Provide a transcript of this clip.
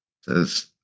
says